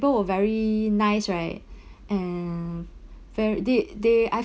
~ple were very nice right and very they they I